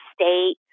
state